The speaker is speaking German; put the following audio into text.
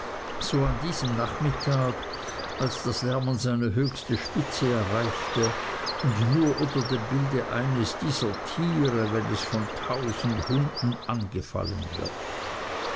so an diesem nachmittag als das lärmen seine höchste spitze erreichte nur unter dem bilde eines dieser tiere wenn es von tausend hunden angefallen wird